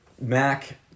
Mac